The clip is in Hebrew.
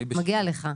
מגיע לך.